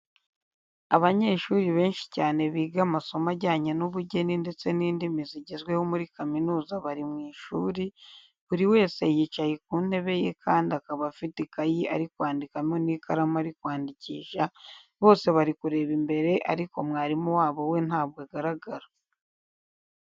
Abanyeshuri benshi cyane biga amasomo ajyanye n'ubugeni ndetse n'indimi zigezweho muri kaminuza bari mu ishuri, buri wese yicaye ku ntebe ye kandi akaba afite ikayi ari kwandikamo n'ikaramu ari kwandikisha, bose bari kureba imbere ariko mwarimu wabo we ntabwo agaragara.